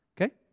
Okay